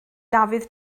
dafydd